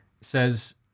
says